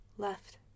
Left